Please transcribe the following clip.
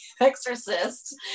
exorcist